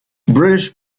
british